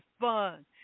fun